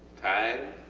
time